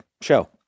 show